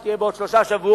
שתהיה בעוד שלושה שבועות,